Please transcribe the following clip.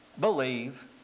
believe